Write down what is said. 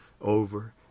over